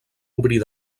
obrir